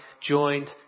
joined